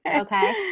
Okay